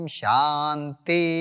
shanti